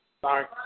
Sorry